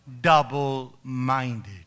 double-minded